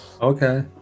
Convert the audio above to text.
okay